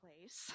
place